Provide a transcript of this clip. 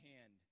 hand